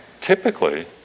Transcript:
typically